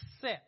set